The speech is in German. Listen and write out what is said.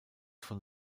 von